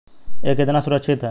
यह कितना सुरक्षित है?